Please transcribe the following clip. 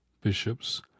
bishops